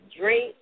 drink